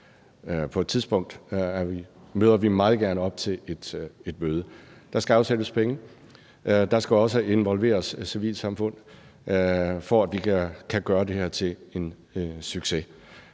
på et tidspunkt – vi møder meget gerne op til et møde. Der skal afsættes penge. Der skal også involveres nogle i civilsamfundet, for at vi kan gøre det her til en succes.